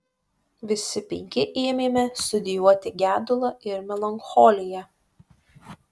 visi penki ėmėme studijuoti gedulą ir melancholiją